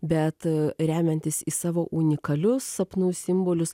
bet remiantis į savo unikalius sapnų simbolius